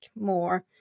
more